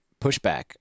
pushback